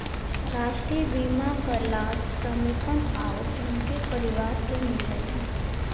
राष्ट्रीय बीमा क लाभ श्रमिकन आउर उनके परिवार के मिलेला